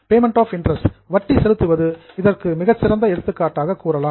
payment of interest வட்டி செலுத்துவது இதற்கு மிக சிறந்த எடுத்துக்காட்டாக கூறலாம்